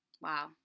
Wow